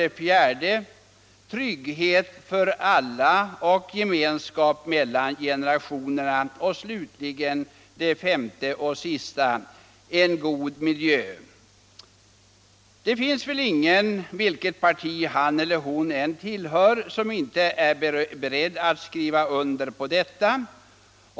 Trygghet för alla och gemenskap mellan generationerna. - En god miljö. Det finns väl ingen, vilket parti han eller hon än tillhör, som inte är beredd att skriva under på detta.